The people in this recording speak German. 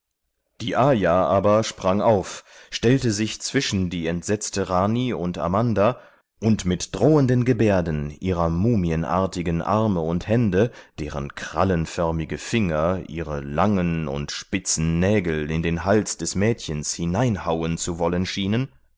die ayah aber sprang auf stellte sich zwischen die entsetzte rani und amanda und mit drohenden gebärden ihrer mumienartigen arme und hände deren krallenförmige finger ihre langen spitzen nägel in den hals des mädchens hineinhauen zu wollen schienen